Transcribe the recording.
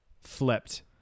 Flipped